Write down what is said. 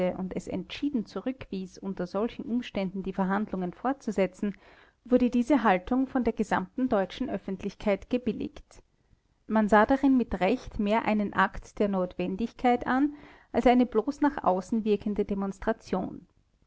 und es entschieden zurückwies unter solchen umständen die verhandlungen fortzusetzen wurde diese haltung von der gesamten deutschen öffentlichkeit gebilligt man sah darin mit recht mehr einen akt der notwendigkeit als eine bloß nach außen wirkende demonstration